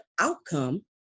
outcome